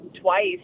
twice